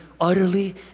utterly